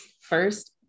First